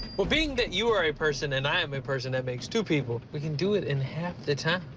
well, being that you are a person and i am a person, that makes two people. we can do it in half the time.